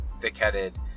thick-headed